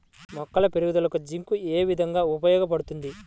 మొక్కల పెరుగుదలకు జింక్ ఏ విధముగా ఉపయోగపడుతుంది?